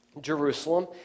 Jerusalem